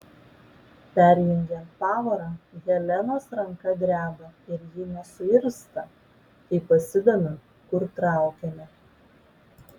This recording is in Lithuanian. perjungiant pavarą helenos ranka dreba ir ji nesuirzta kai pasidomiu kur traukiame